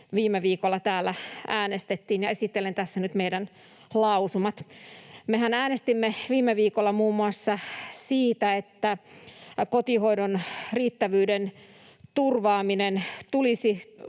viime viikolla täällä äänestettiin, ja esittelen tässä nyt meidän lausumat. Mehän äänestimme viime viikolla muun muassa siitä, että kotihoidon riittävyyden turvaaminen tulisi